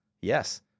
Yes